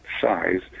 size